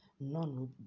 None